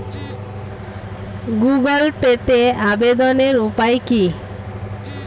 Google পেতে আবেদনের উপায় কি?